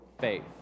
faith